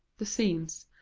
the scenes,